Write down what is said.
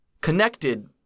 connected